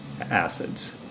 acids